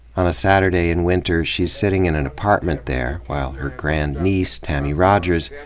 on a saturday in winter, she's sitting in an apartment there while her grand-niece, tammy rogers,